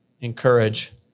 encourage